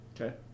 Okay